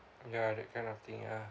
ya that kind of thing ah